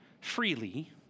freely